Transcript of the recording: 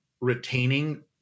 retaining